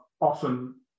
often